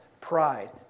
pride